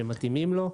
שמתאימות לו.